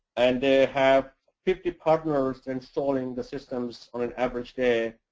and they have fifty partners installing the systems, on an average day,